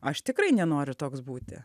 aš tikrai nenoriu toks būti